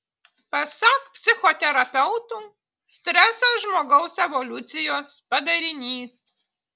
pasak psichoterapeutų stresas žmogaus evoliucijos padarinys